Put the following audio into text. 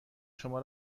شما